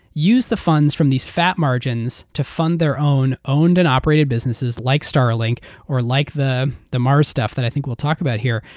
use the funds from these fat margins to fund their own, owned and operated businesses like starlink or like the the mars stuff that i think we'll talk about here,